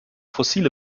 fossile